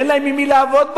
אין להם עם מי לעבוד בעולם.